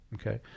okay